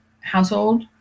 household